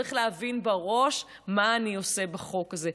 שצריך להבין בראש: מה אני עושה בחוק הזה.